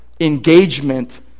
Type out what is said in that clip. engagement